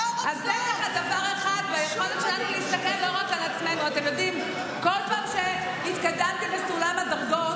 שרוצות להיבחר לרשימה של ש"ס ושל יהדות התורה,